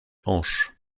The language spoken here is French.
hanches